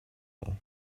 all